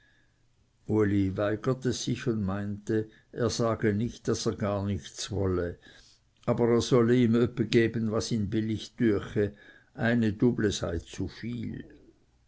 sich und meinte er sage nicht daß er gar nichts wolle aber er solle ihm öppen geben was ihn billig düeche aber eine duble sei zu viel